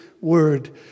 word